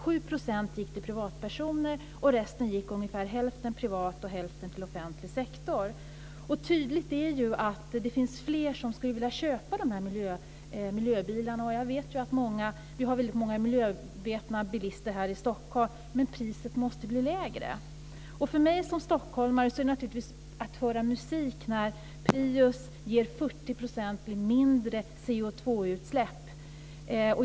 7 % gick till privatpersoner och av resten gick ungefär hälften till privat och hälften till offentlig sektor. Tydligt är ju att det finns flera som skulle vilja köpa de här miljöbilarna. Jag vet att vi har väldigt många miljömedvetna bilister här i Stockholm. Men priset måste bli lägre. För mig som stockholmare är det naturligtvis som att höra musik att Prius ger 40 % mindre CO2-utsläpp.